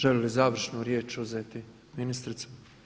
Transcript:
Želi li završnu riječ uzeti ministrica?